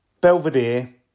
Belvedere